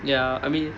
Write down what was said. ya I mean